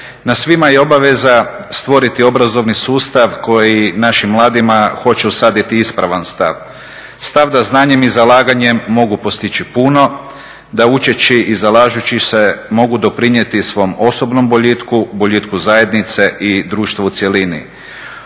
Na svima je obaveza stvoriti obrazovni sustav koji našim mladima hoće usaditi ispravan stav, stav da znanjem i zalaganjem mogu postići puno, da učeći i zalažući se mogu doprinijeti svom osobnom boljitku, boljitku zajednice i društvu u cjelini.